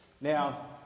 Now